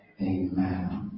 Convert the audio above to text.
Amen